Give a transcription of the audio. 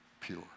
pure